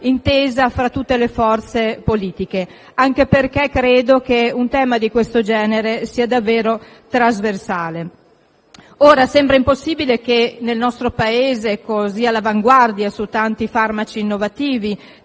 l'intesa fra tutte le forze politiche, anche perché credo che un tema del genere sia davvero trasversale. Sembra impossibile che il nostro Paese, così all'avanguardia su tanti farmaci innovativi